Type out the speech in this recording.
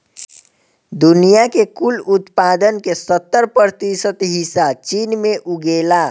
दुनिया के कुल उत्पादन के सत्तर प्रतिशत हिस्सा चीन में उगेला